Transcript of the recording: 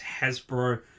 Hasbro